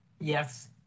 Yes